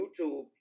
YouTube